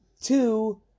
Two